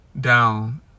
down